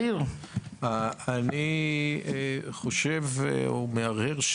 אני חושב או מהרהר,